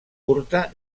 curta